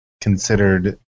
considered